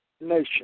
nation